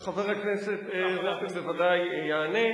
חבר הכנסת ודאי יענה.